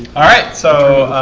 alright so a